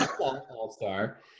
all-star